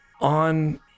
on